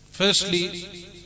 Firstly